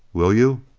will you?